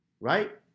right